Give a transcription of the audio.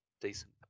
decent